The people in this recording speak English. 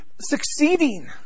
succeeding